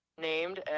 named